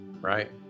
Right